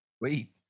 wait